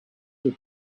had